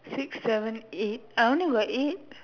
six seven eight I only got eight